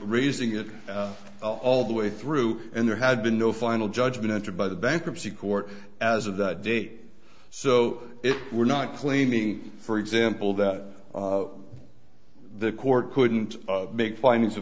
raising it all the way through and there had been no final judgment entered by the bankruptcy court as of that date so if we're not claiming for example that the court couldn't make finding